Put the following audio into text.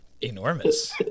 Enormous